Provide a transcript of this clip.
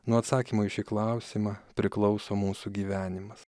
nuo atsakymo į šį klausimą priklauso mūsų gyvenimas